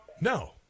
No